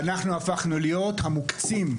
אנחנו הפכנו להיות המוקצים.